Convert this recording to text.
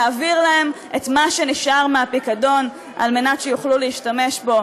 להעביר להם את מה שנשאר מהפיקדון על מנת שיוכלו להשתמש בו,